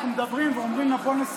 אנחנו מדברים ואומרים, אתה לא מאיים עליי.